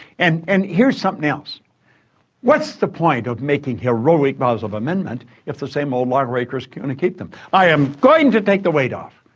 and and here's something else what's the point of making heroic vows of amendment if the same old lawbreaker's going to keep them? i am going to take the weight off.